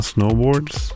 Snowboards